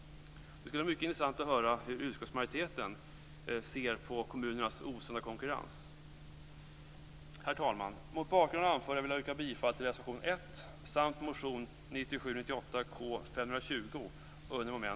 Det skulle vara mycket intressant att höra hur utskottsmajoriteten ser på kommunernas osunda konkurrens. Herr talman! Mot bakgrund av det anförda vill jag yrka bifall till reservation 1 samt till motion